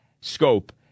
Scope